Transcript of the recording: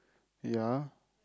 ya